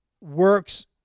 works